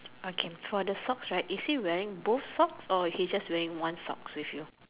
okay for the socks right it's he wearing both socks or he's just wearing one socks with you